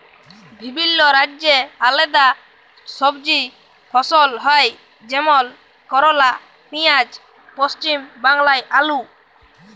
বিভিল্য রাজ্যে আলেদা সবজি ফসল হ্যয় যেমল করলা, পিয়াঁজ, পশ্চিম বাংলায় আলু